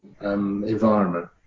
environment